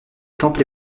temple